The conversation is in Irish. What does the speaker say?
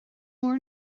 mór